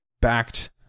Backed